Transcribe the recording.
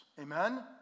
Amen